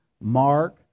Mark